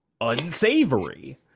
unsavory